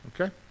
okay